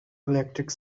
electric